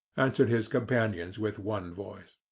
answered his companions with one voice.